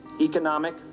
economic